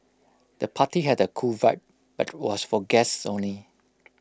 the party had A cool vibe but was for guests only